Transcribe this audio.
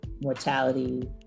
mortality